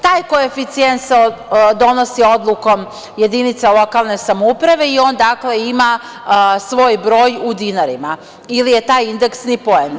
Taj koeficijent se donosi odlukom jedinica lokalne samouprave i on, dakle, ima svoj broj u dinarima ili je taj indeksni poen.